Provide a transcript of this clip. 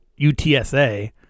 UTSA